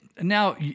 now